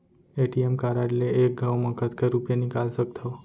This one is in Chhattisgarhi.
ए.टी.एम कारड ले एक घव म कतका रुपिया निकाल सकथव?